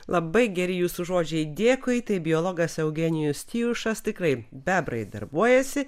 labai geri jūsų žodžiai dėkui tai biologas eugenijus tijušas tikrai bebrai darbuojasi